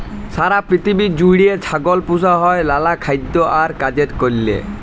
সারা পিথিবী জুইড়ে ছাগল পুসা হ্যয় লালা খাইদ্য আর কাজের কারলে